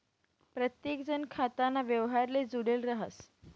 प्रत्येकजण खाताना व्यवहारले जुडेल राहस